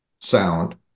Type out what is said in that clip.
sound